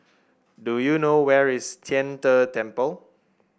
do you know where is Tian De Temple